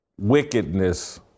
wickedness